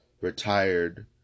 retired